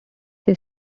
they